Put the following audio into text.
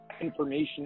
information